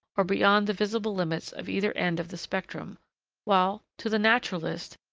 or beyond the visible limits of either end of the spectrum while, to the naturalist,